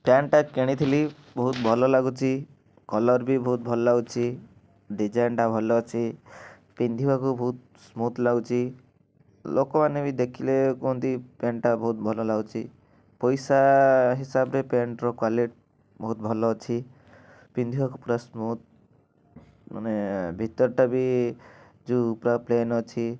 ପ୍ୟାଣ୍ଟଟା କିଣିଥିଲି ବହୁତ ଭଲ ଲାଗୁଛି କଲର୍ ବି ବହୁତ ଭଲ ଲାଗୁଛି ଡିଜାଇନ୍ଟା ଭଲ ଅଛି ପିନ୍ଧିବାକୁ ବହୁତ ସ୍ମୁଥ୍ ଲାଗୁଛି ଲୋକମାନେ ବି ଦେଖିଲେ କୁହନ୍ତି ପ୍ୟାଣ୍ଟଟା ବହୁତ ଭଲ ଲାଗୁଛି ପଇସା ହିସାବରେ ପ୍ୟାଣ୍ଟର କ୍ୱାଲିଟି ବହୁତ ଭଲ ଅଛି ପିନ୍ଧିବାକୁ ପୁରା ସ୍ମୁଥ୍ ମାନେ ଭିତରଟା ବି ଯେଉଁ ପୁରା ପ୍ଲେନ୍ ଅଛି